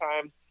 time